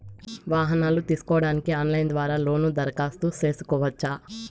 వాహనాలు తీసుకోడానికి ఆన్లైన్ ద్వారా లోను దరఖాస్తు సేసుకోవచ్చా?